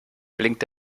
blinkt